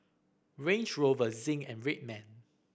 Range Rover Zinc and Red Man